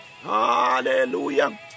Hallelujah